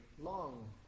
long